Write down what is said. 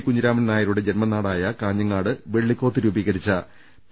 കുഞ്ഞിരാമൻനായരുടെ ജന്മനാടായ കാഞ്ഞങ്ങാട് വെള്ളിക്കോത്ത് രൂപീകരിച്ച പി